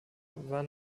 war